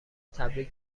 تبریک